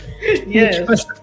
Yes